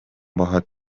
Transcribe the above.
باهات